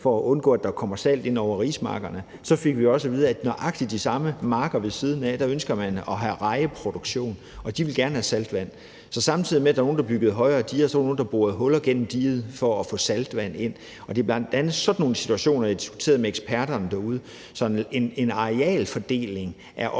for at undgå, at der kommer salt ind over rismarkerne, fik vi også at vide, at på nøjagtig de samme marker bare ved siden af ønsker man at have rejeproduktion, og de vil gerne have saltvand. Så samtidig med at der var nogle, der byggede højere diger, var der nogle, der borede huller igennem diget for at få saltvand ind. Det er bl.a. sådan nogle situationer, jeg diskuterede med eksperterne derude. Så en arealfordeling er bl.a.